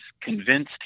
convinced